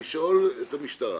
אני רוצה להציע לשאול את המשטרה